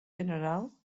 general